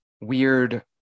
weird